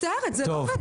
אני מצטערת, זה לא עובר.